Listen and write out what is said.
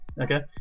okay